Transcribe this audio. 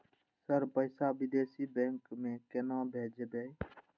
Sir पैसा विदेशी bank में केना भेजबे?